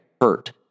hurt